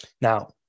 Now